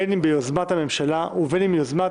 בין אם ביוזמת הממשלה ובין אם ביוזמת